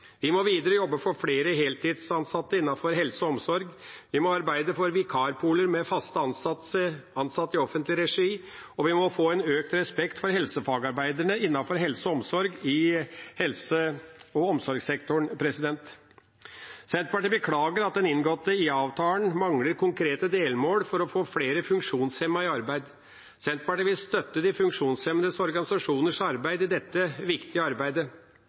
vi nå diskuterer. Vi må videre jobbe for flere heltidsansatte innenfor helse og omsorg, vi må arbeide for vikarpooler med faste ansatte i offentlig regi, og vi må få en økt respekt for helsefagarbeiderne innenfor helse- og omsorgssektoren. Senterpartiet beklager at den inngåtte IA-avtalen mangler konkrete delmål for å få flere funksjonshemmede i arbeid. Senterpartiet vil støtte de funksjonshemmedes organisasjoners arbeid i dette viktige arbeidet.